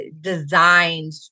designed